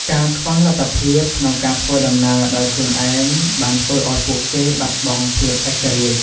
ការខ្វះលទ្ធភាពក្នុងការធ្វើដំណើរដោយខ្លួនឯង បានធ្វើឱ្យពួកគេបាត់បង់ភាពឯករាជ្យ។